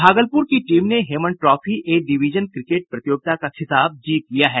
भागलपुर की टीम ने Heman trophy A division cricket प्रतियोगिता का खिताब जीत लिया है